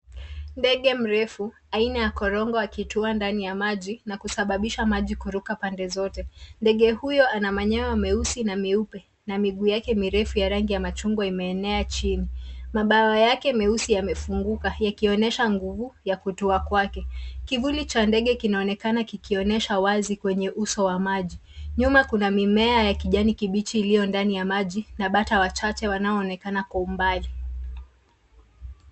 Ndege mrefu aina ya Korongo ikitua ndani ya maji na kusababisha maji kuruka pande zote. Ndege huyu anamanyoa meusi na meupe na miguu yake mirefu ya rangi ya majungwa imeenea jini. Mapawa yake meusi yamefunguka yakionyesha nguvu ya kutua kwake. Kivuli cha ndege kinaonekana kikionyesha wazi kwenye uso wa maji, nyuma kuna mimea ya kijani kibichi ilio ndani ya maji na bata wachache wanaonekana kwa umbali.